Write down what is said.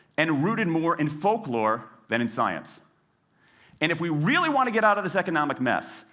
and rooted more in folklore than in science. and if we really want to get out of this economic mess,